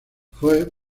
fue